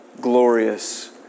glorious